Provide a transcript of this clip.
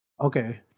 Okay